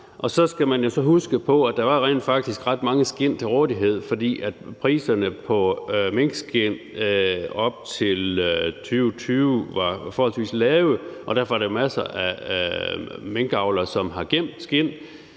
Og så skal man huske på, at der rent faktisk var ret mange skind til rådighed, fordi priserne på minkskind op til 2020 var forholdsvis lave, og derfor er der masser af minkavlere, som har gemt skind.